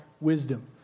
wisdom